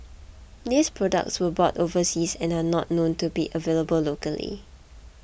these products were bought overseas and are not known to be available locally